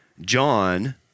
John